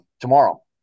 tomorrow